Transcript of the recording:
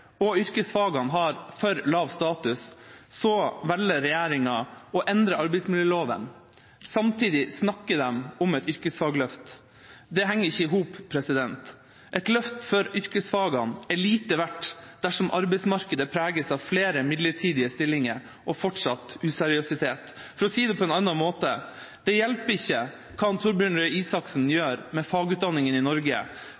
og yrkesfagene har for lav status, så velger regjeringa å endre arbeidsmiljøloven. Samtidig snakker de om et yrkesfagløft. Det henger ikke i hop. Et løft for yrkesfagene er lite verdt dersom arbeidsmarkedet preges av flere midlertidige stillinger og fortsatt useriøsitet. For å si det på en annen måte: Det hjelper ikke hva Torbjørn Røe Isaksen